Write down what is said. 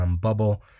bubble